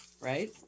right